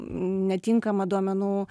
netinkamą duomenų